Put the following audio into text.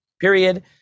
period